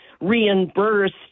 reimbursed